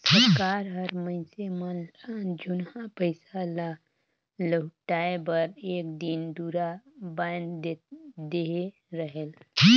सरकार हर मइनसे मन ल जुनहा पइसा ल लहुटाए बर एक दिन दुरा बांएध देहे रहेल